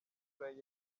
impfura